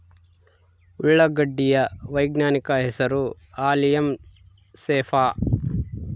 ಉಳ್ಳಾಗಡ್ಡಿ ಯ ವೈಜ್ಞಾನಿಕ ಹೆಸರು ಅಲಿಯಂ ಸೆಪಾ